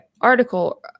article